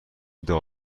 دارو